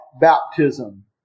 baptism